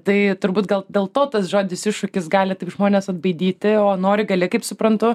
tai turbūt gal dėl to tas žodis iššūkis gali taip žmones atbaidyti o nori gali kaip suprantu